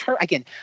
again